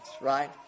right